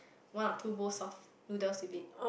one or two bowls of noodles with it